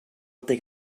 dig